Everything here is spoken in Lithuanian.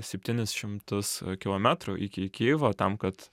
septynis šimtus kilometrų iki kijevo tam kad